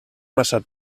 massa